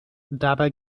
dabei